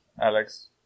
Alex